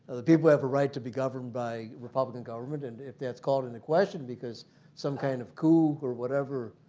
people have a right to be governed by republican government and if that's called into question because some kind of coup or whatever